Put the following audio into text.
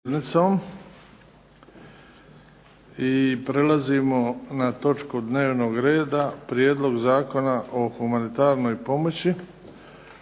I prelazimo na točku dnevnog reda - Prijedlog zakona o humanitarnoj pomoći,